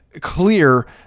clear